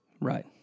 Right